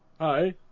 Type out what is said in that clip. Hi